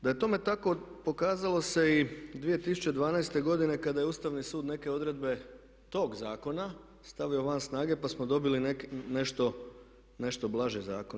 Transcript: Da je tome tako pokazalo se i 2012. godine kada je Ustavni sud neke odredbe tog zakona stavio van snage, pa smo dobili nešto blaže zakone.